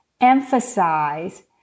emphasize